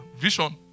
vision